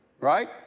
right